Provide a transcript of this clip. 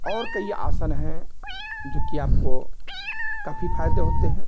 और कई आसन हैं जो कि आपको काफ़ी फायदे होते हैं